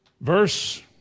Verse